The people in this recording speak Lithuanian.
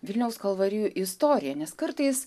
vilniaus kalvarijų istorija nes kartais